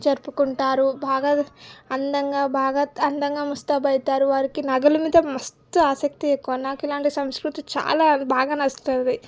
జరుపుకుంటారు బాగా అందంగా బాగా అందంగా ముస్తాబు అవుతారు వారికి నగల మీద మస్తూ ఆసక్తి ఎక్కువ నాకు ఇలాంటి సంస్కృతి చాలా బాగా నచ్చుతుంది